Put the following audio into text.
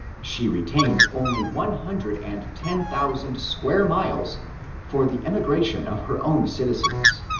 she retained only one hundred and ten thousand square miles for the emigration of her own citizens,